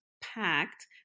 packed